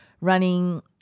running